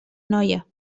noia